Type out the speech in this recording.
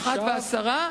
13:10. 13:10,